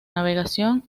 navegación